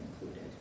included